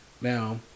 now